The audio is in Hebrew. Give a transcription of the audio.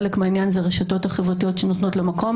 חלק מהעניין זה הרשתות החברתיות שנותנות להן מקום,